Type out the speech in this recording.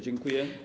Dziękuję.